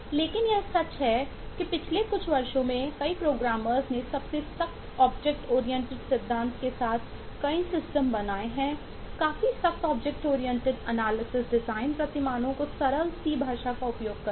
लेकिन यह सच है कि पिछले कुछ वर्षों में कई प्रोग्रामर्स ने सबसे सख्त ऑब्जेक्ट ओरिएंटेड का उपयोग न करके